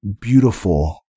beautiful